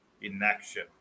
inaction